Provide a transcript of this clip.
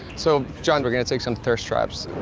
so john, we're gonna take some thirst traps.